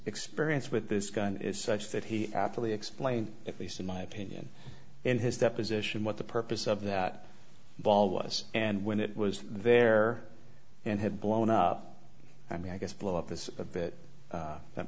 experience with this gun is such that he actually explained at least in my opinion in his deposition what the purpose of that ball was and when it was there and had blown up i mean i guess blow up is a bit that